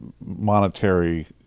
monetary